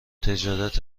تجارت